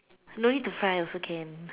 no need to file also can